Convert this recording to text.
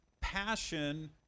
passion